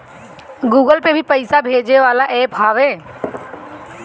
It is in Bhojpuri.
गूगल पे भी पईसा भेजे वाला एप्प हवे